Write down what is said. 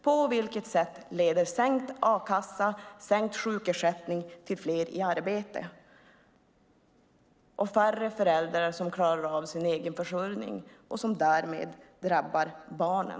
På vilket sätt leder sänkt a-kassa och sänkt sjukersättning till fler i arbete? I stället blir det färre föräldrar som klarar av sin egen försörjning, vilket drabbar barnen.